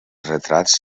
retrats